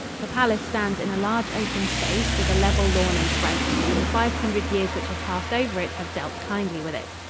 the palace stands in a large open space with a level lawn in front, and the five hundred years which have passed over it have dealt kindly with it.